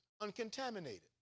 Uncontaminated